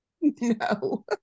No